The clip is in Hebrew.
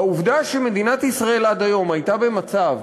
והעובדה שמדינת ישראל עד היום הייתה במצב,